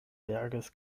berges